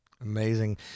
Amazing